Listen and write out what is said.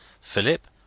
Philip